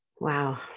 Wow